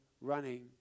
running